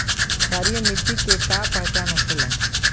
क्षारीय मिट्टी के का पहचान होखेला?